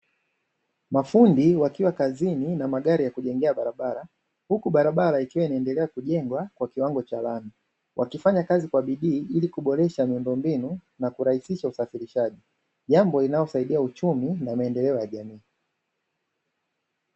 Mafundi wakiwa kazini na magari ya kujengea barabara, huku barabara ikiwa inaendelea kujengwa kwa kiwango cha lami, wakifanya kazi kwa bidii ili kuboresha miundombinu na kurahisisha usafirishaji, jambo linalosaidia uchumi na maendeleo ya jamii.